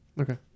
Okay